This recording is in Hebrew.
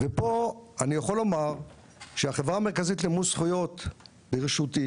פה אני יכול לומר שהחברה המרכזית למימוש זכויות בראשותי